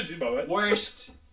Worst